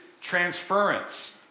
transference